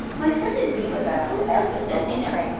my son is in budmouth post office, as you know,